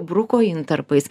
bruko intarpais